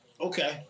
Okay